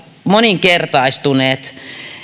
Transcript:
moninkertaistunut